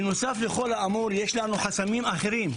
בנוסף לכל האמור יש לנו חסמים אחרים: